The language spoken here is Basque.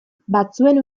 batzuen